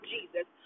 Jesus